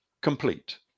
complete